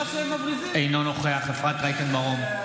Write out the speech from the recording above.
אינו נוכח אפרת רייטן מרום,